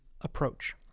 approach